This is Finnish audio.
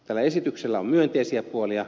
tällä esityksellä on myönteisiä puolia